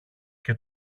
και